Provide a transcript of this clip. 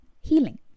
healing